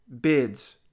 bids